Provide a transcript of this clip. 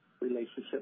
relationship